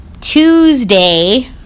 Tuesday